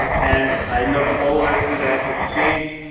and i look forward to that exchange.